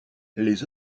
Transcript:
les